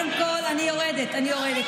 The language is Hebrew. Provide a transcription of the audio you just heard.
אני יורדת, אני יורדת.